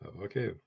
Okay